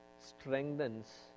strengthens